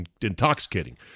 intoxicating